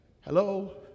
Hello